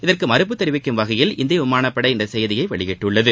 இதற்கு மறுப்பு தெரிவிக்கும் வகையில் இந்திய விமானப்படை இந்த செய்தியை வெளியிட்டுள்ளது